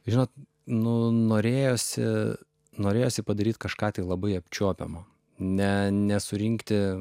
žinot nu norėjosi norėjosi padaryti kažką labai apčiuopiamo ne nesurinkti